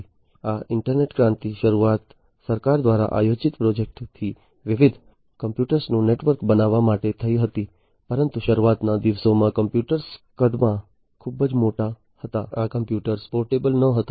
આમ તો આ ઈન્ટરનેટ ક્રાંતિની શરૂઆત સરકાર દ્વારા પ્રાયોજિત પ્રોજેકટથી વિવિધ કોમ્પ્યુટરોનું નેટવર્ક બનાવવા માટે થઈ હતી પરંતુ શરૂઆતના દિવસોમાં કોમ્પ્યુટર્સ કદમાં ખૂબ મોટા હતા આ કોમ્પ્યુટરો પોર્ટેબલ નહોતા